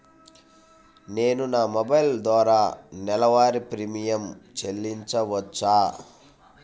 నేను నా మొబైల్ ద్వారా నెలవారీ ప్రీమియం చెల్లించవచ్చా?